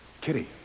Kitty